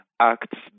acts